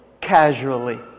casually